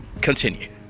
Continue